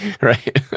Right